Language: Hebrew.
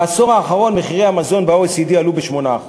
בעשור האחרון מחירי המזון ב-OECD עלו ב-8%,